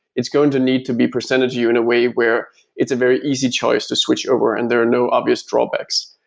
it's going to need to be presented to you in a way where it's a very easy choice to switch over and there are no obvious drawbacks.